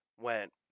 went